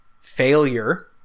failure